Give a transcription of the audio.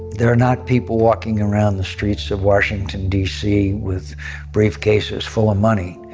there are not people walking around the streets of washington, dc with briefcases full of money,